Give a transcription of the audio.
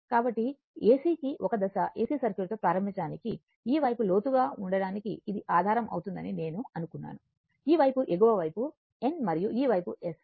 కాబట్టి AC single phase AC సర్క్యూట్తో ప్రారంభించడానికి ఈ వైపు లోతుగా ఉండటానికి ఇది ఆధారం అవుతుందని నేను అనుకున్నాను ఈ వైపు ఎగువ వైపు N మరియు ఈ వైపు S